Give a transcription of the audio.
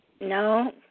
No